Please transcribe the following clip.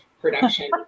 production